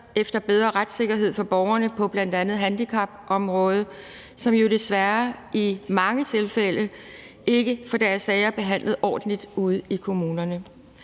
efter bedre retssikkerhed for borgerne på bl.a. handicapområdet, som jo desværre i mange tilfælde ikke får deres sager behandlet ordentligt ude i kommunerne.